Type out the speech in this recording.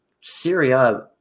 Syria